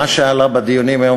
מה שעלה בדיונים היום,